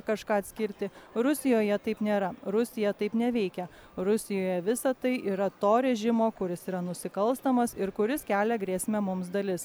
kažką atskirti rusijoje taip nėra rusija taip neveikia rusijoje visa tai yra to režimo kuris yra nusikalstamas ir kuris kelia grėsmę mums dalis